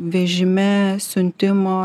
vežime siuntimo